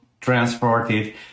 transported